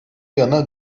yana